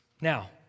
Now